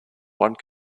one